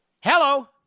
hello